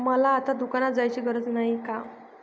मला आता दुकानात जायची गरज नाही का?